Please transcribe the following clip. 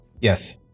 Yes